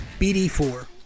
BD4